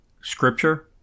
scripture